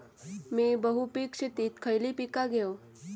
मी बहुपिक शेतीत खयली पीका घेव?